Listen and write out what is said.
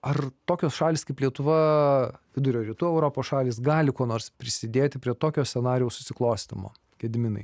ar tokios šalys kaip lietuva vidurio rytų europos šalys gali kuo nors prisidėti prie tokio scenarijaus susiklostymo gediminai